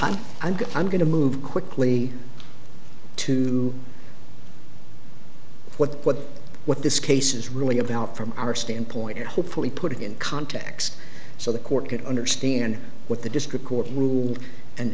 good i'm going to move quickly too what what what this case is really about from our standpoint hopefully put it in context so the court can understand what the district court ruled and